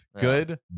Good